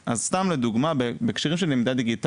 אז, סתם לדוגמא, בהקשרים של למידה דיגיטלית,